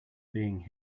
being